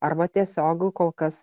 arba tiesiog kol kas